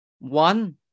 One